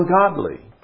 ungodly